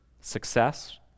Success